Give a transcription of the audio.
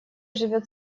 живет